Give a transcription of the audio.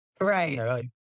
Right